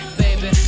baby